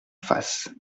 face